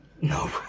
No